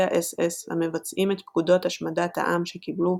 האס־אס המבצעים את פקודות השמדת העם שקיבלו,